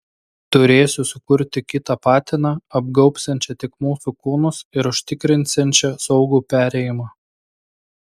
turėsiu sukurti kitą patiną apgaubsiančią tik mūsų kūnus ir užtikrinsiančią saugų perėjimą